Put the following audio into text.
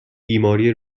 بیماری